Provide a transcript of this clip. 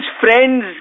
friends